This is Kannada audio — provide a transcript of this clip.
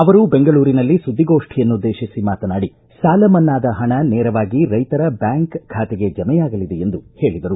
ಅವರು ಬೆಂಗಳೂರಿನಲ್ಲಿ ಸುದ್ದಿಗೋಷ್ಠಿಯನ್ನುದ್ದೇಶಿಸಿ ಮಾತನಾಡಿ ಸಾಲ ಮನ್ನಾದ ಹಣ ನೇರವಾಗಿ ರೈತರ ಬ್ಹಾಂಕ್ ಖಾತೆಗೆ ಜಮೆಯಾಗಲಿದೆ ಎಂದು ಹೇಳಿದರು